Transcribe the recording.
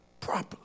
properly